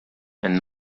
and